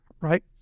right